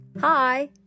Hi